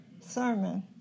sermon